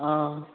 অঁ